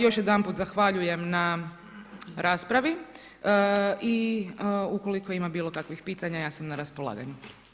Još jedanput zahvaljujem na raspravi i ukoliko ima bilo kakvih pitanja, ja sam na raspolaganju.